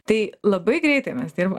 tai labai greitai mes dirba